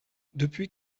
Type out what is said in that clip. depuis